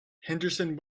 henderson